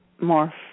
more